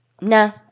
no